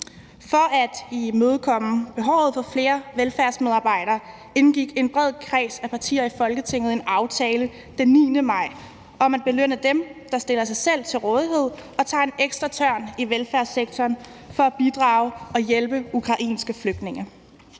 For at imødekomme behovet for flere velfærdsmedarbejdere indgik en bred kreds af partier i Folketinget en aftale den 9. maj om at belønne dem, der stiller sig til rådighed og tager en ekstra tørn i velfærdssektoren for at bidrage og hjælpe ukrainske flygtninge.